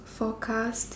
forecast